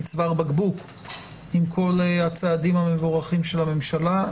צוואר בקבוק עם כל הצעדים המבורכים של הממשלה.